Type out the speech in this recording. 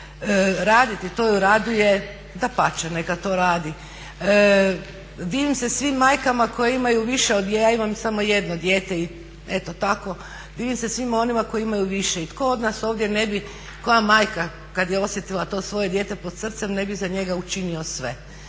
raditi, to ju raduje, dapače, neka to radi. Divim se svim majkama koje imaju više od, ja imam samo jedno dijete, i eto tako, divim se svima onima koji imaju više. I tko od nas ovdje ne bi, koja majka kada je osjetila to svoje dijete pod srcem ne bi za njega učinila sve